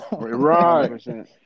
Right